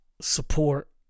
support